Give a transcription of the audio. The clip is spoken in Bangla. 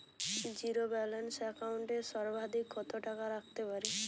জীরো ব্যালান্স একাউন্ট এ সর্বাধিক কত টাকা রাখতে পারি?